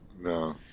No